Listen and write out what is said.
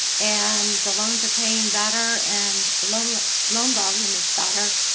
and the loans are paying better, and the loan loan volume is better.